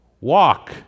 walk